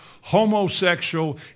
homosexual